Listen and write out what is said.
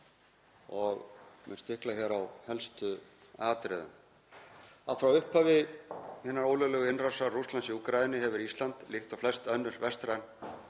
og mun stikla á helstu atriðum. Allt frá upphafi hinnar ólöglegu innrásar Rússlands í Úkraínu hefur Ísland, líkt og flest önnur vestræn